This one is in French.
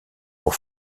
pour